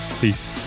Peace